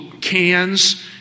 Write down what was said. cans